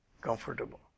comfortable